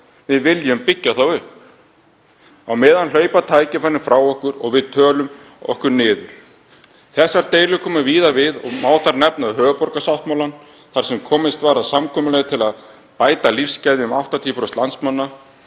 við viljum byggja þá upp. Á meðan hlaupa tækifærin frá okkur og við tölum okkur niður. Þessar deilur koma víða við og má þar nefna höfuðborgarsáttmálann þar sem komist var að samkomulagi til að bæta lífsgæði um 80% landsmanna,